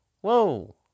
Whoa